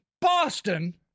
Boston—